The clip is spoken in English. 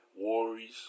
worries